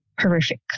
horrific